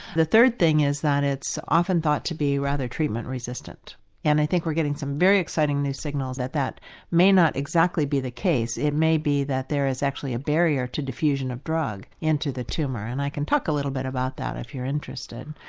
the third thing is that it's often thought to be rather treatment resistant and i think we're getting some very exciting new signals that that may not exactly be the case. it may be that there is actually a barrier to diffusion of drug into the tumour and i talk a little bit about that if you're interested.